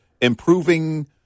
improving